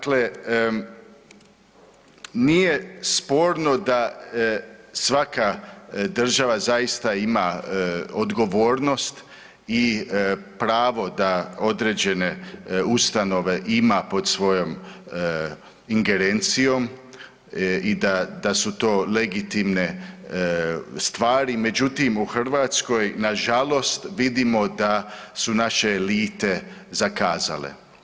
Dakle, nije sporno da svaka država zaista ima odgovornost i pravo da određene ustanove ima pod svojom ingerencijom i da su to legitimne stvari, međutim u Hrvatskoj nažalost vidimo da su naše elite zakazale.